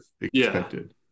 expected